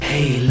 Hey